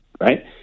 right